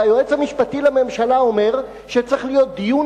והיועץ המשפטי לממשלה אומר שצריך להיות דיון